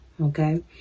okay